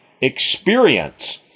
experience